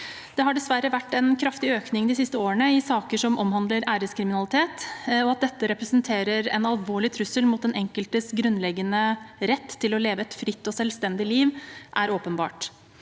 årene dessverre vært en kraftig økning i antall saker som omhandler æreskriminalitet, og at dette representerer en alvorlig trussel mot den enkeltes grunnleggende rett til å leve et fritt og selvstendig liv, er åpenbart.